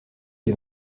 les